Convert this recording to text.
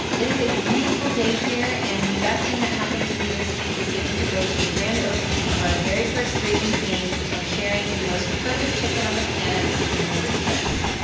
it is a beautiful day here. and the best thing that happened to me this week was getting to go to the grand opening of our very first raising cane's and sharing the most perfect chicken on the planet with some really good friends.